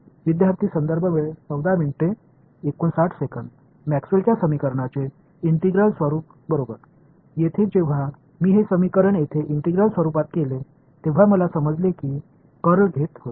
विद्यार्थीः मॅक्सवेलच्या समीकरणांचे इंटिग्रल स्वरूप बरोबर येथे जेव्हा मी हे समीकरण येथे इंटिग्रल स्वरुपात केले तेव्हा मला समजले मी कर्ल घेत होतो